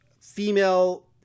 female